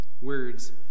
words